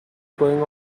going